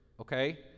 okay